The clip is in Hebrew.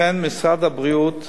לכן, משרד הבריאות,